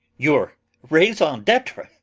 your raison d'etre!